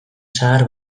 zahar